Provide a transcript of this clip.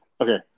Okay